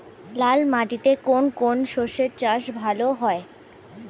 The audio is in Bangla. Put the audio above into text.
লাল মাটিতে কোন কোন শস্যের চাষ ভালো হয়?